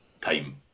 time